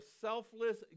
selfless